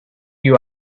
you